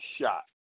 shot